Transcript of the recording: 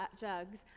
jugs